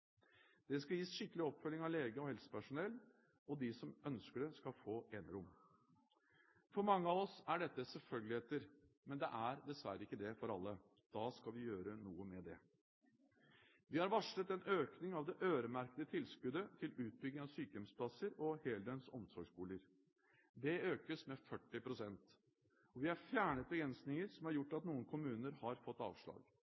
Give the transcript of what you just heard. De skal gis skikkelig oppfølging av lege og helsepersonell, og de som ønsker det, skal få enerom. For mange av oss er dette selvfølgeligheter, men det er dessverre ikke det for alle. Da skal vi gjøre noe med det. Vi har varslet en økning av det øremerkede tilskuddet til utbygging av sykehjemsplasser og heldøgns omsorgsboliger. Det økes med 40 pst. Vi har fjernet begrensninger som har gjort at noen kommuner har fått avslag.